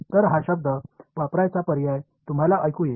तर हा शब्द वापरण्याचा पर्याय तुम्हाला ऐकू येईल